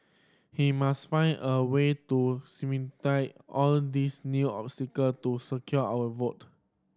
he must find a way to all these new obstacle to secure our vote